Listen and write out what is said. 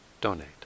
donate